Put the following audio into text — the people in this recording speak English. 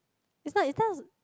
it's not there was a